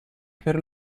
per